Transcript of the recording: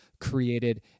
created